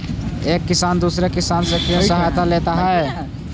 एक किसान दूसरे किसान से क्यों सहायता लेता है?